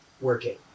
working